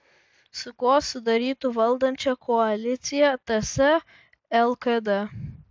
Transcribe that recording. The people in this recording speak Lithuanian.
su kuo sudarytų valdančią koaliciją ts lkd